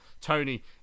Tony